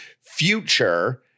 Future